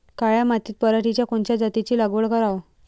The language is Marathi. काळ्या मातीत पराटीच्या कोनच्या जातीची लागवड कराव?